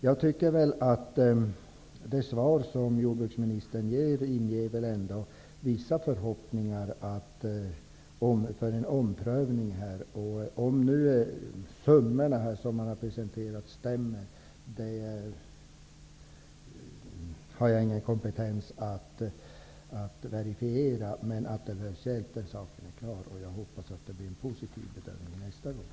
Jag tycker att det svar som jordbruksministern gav ändå inger vissa förhoppningar om en omprövning. Om summorna som nu har presenterats stämmer har jag ingen kompetens att verifiera. Men att det behövs hjälp är helt klart, och jag hoppas att det blir en positiv bedömning nästa gång.